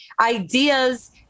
ideas